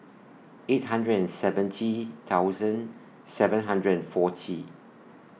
eight hundred and seventy thousand seven hundred and forty